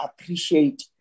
appreciate